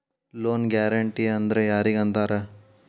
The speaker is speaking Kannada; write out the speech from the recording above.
ಲೊನ್ ಗ್ಯಾರಂಟೇ ಅಂದ್ರ್ ಯಾರಿಗ್ ಅಂತಾರ?